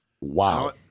Wow